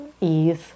ease